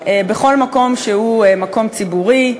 בכל מקום שהוא מקום ציבורי,